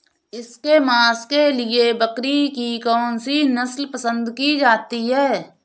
इसके मांस के लिए बकरी की कौन सी नस्ल पसंद की जाती है?